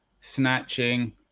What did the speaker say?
snatching